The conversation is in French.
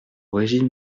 régime